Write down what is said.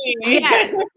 Yes